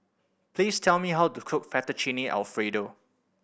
please tell me how to cook Fettuccine Alfredo